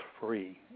free